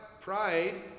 pride